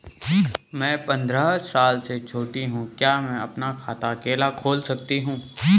मैं पंद्रह साल से छोटी हूँ क्या मैं अपना खाता अकेला खोल सकती हूँ?